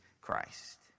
Christ